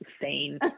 insane